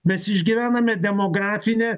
mes išgyvename demografinę